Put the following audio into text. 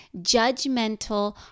judgmental